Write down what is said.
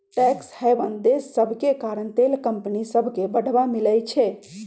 tax haven देश सभके कारण तेल कंपनि सभके बढ़वा मिलइ छै